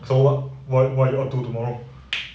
so what what are you up to tomorrow